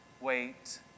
Wait